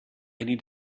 need